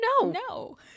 No